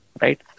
right